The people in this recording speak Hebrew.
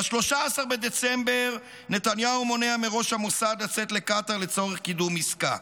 ב-13 בדצמבר נתניהו מונע מראש המוסד לצאת לקטר לצורך קידום עסקה,